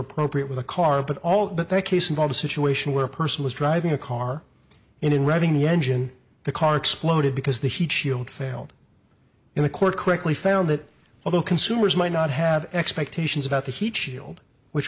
appropriate with a carpet all but they case involved a situation where a person was driving a car in revving the engine the car exploded because the heat shield failed in a court quickly found that although consumers might not have expectations about the heechee old which